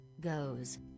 Goes